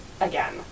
again